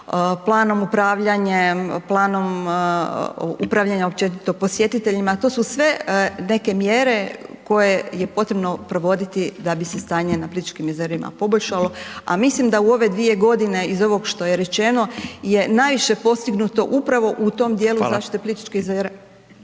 planom upravljanjem, planom upravljanja općenito posjetiteljima, to su sve neke mjere koje je potrebno provoditi da bi se stanje na Plitvičkim jezerima poboljšalo, a mislim da u ove dvije godine iz ovog što je rečeno je najviše postignuto upravo u tom dijelu .../Upadica: